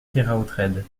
keraotred